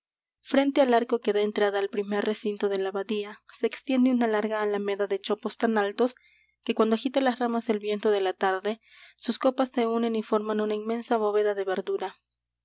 frente al arco que da entrada al primer recinto de la abadía se extiende una larga alameda de chopos tan altos que cuando agita las ramas el viento de la tarde sus copas se unen y forman una inmensa bóveda de verdura